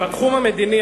בתחום המדיני,